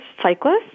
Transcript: cyclists